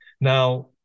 Now